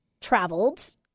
traveled